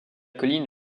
colline